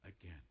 again